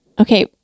okay